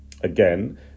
Again